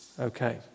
Okay